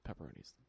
pepperonis